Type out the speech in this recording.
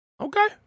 okay